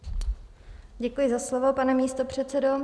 Děkuji za slovo, pane místopředsedo.